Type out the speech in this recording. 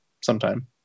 sometime